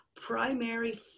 primary